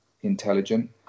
intelligent